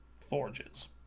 Forge's